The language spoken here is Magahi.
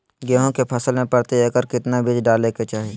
गेहूं के फसल में प्रति एकड़ कितना बीज डाले के चाहि?